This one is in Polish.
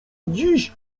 dziś